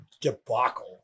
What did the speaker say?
debacle